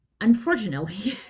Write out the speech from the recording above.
unfortunately